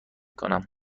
کنم